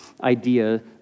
idea